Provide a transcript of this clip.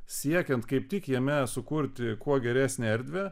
siekiant kaip tik jame sukurti kuo geresnę erdvę